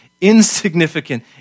insignificant